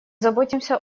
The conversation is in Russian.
заботимся